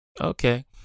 Okay